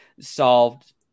solved